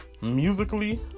musically